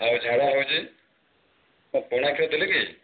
ଆଉ ଝାଡ଼ା ହେଉଛି ଆଉ ପୁରୁଣା କ୍ଷୀର ଦେଲେ କି